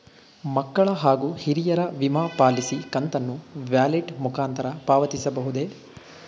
ಮಕ್ಕಳ ಹಾಗೂ ಹಿರಿಯರ ವಿಮಾ ಪಾಲಿಸಿ ಕಂತನ್ನು ವ್ಯಾಲೆಟ್ ಮುಖಾಂತರ ಪಾವತಿಸಬಹುದೇ?